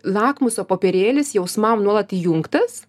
lakmuso popierėlis jausmam nuolat įjungtas